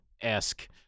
esque